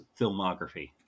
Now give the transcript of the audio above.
filmography